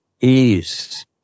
ease